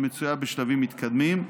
שמצויה בשלבים מתקדמים,